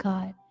God